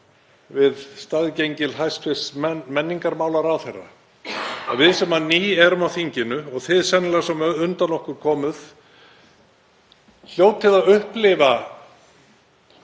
við staðgengil hæstv. menningarmálaráðherra að við sem ný erum á þinginu og þið sennilega sem á undan okkur komuð hljótið að upplifa